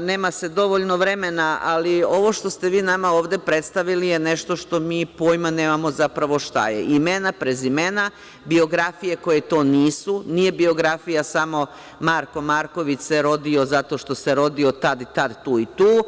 nema se dovoljno vremena, ali ovo što ste vi nama ovde predstavili je nešto što mi pojma nemamo zapravo šta je, imena, prezimena, biografije koje to nisu, nije biografija samo Marko Marković se rodio zato što se rodio tad i tad, tu i tu.